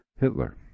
Hitler